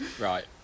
right